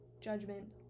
judgment